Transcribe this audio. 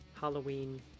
Halloween